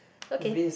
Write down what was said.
okay